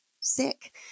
sick